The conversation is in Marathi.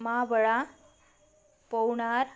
माबळा पोणार